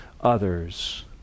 others